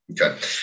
Okay